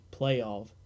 playoff